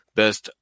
best